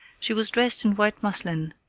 she was dressed in white muslin,